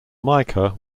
mica